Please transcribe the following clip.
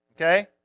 Okay